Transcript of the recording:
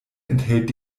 enthält